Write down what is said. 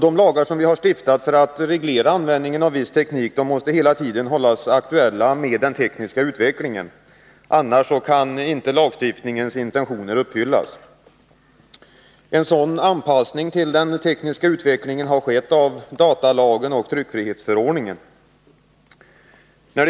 De lagar som vi har stiftat för att reglera användningen av viss teknik måste hela tiden hållas aktuella med den tekniska utvecklingen. Annars kan inte lagstiftningens intentioner uppfyllas. En sådan anpassning till den tekniska utvecklingen har skett när det gäller datalagen och tryckfrihetsförordningen.